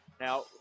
Now